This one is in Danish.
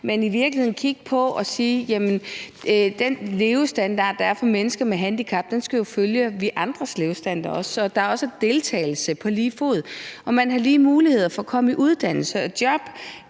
men i virkeligheden at sige, at den levestandard, der er for mennesker med handicap, jo skal følge vores andres levestandard, så der er deltagelse på lige fod og man har lige muligheder for at komme i uddannelse og job,